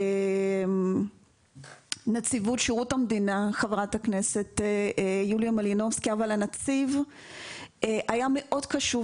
שום דבר לא קורה